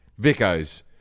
Vicos